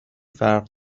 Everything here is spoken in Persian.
فرق